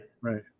right